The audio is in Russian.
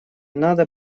надо